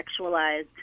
sexualized